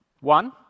one